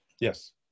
Yes